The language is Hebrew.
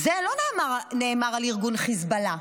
זה לא נאמר על ארגון חיזבאללה.